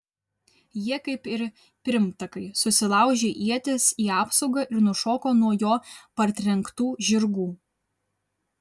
jie kaip ir pirmtakai susilaužė ietis į apsaugą ir nušoko nuo jo partrenktų žirgų